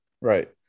Right